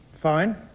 Fine